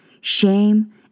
shame